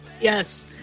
Yes